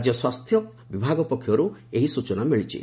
ରାଜ୍ୟ ସ୍ୱାସ୍ଥ୍ୟ ବିଭାଗ ପକ୍ଷର୍ତ ଏହି ସ୍ବଚନା ମିଳିଛି